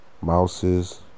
mouses